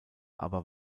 aber